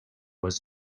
was